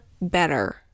better